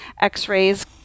x-rays